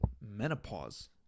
menopause